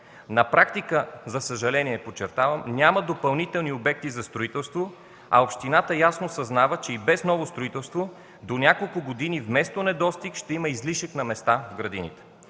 На практика, за съжаление, подчертавам, няма допълнителни обекти за строителство, а общината ясно съзнава, че и без ново строителство до няколко години вместо недостиг ще има излишък на места в градините.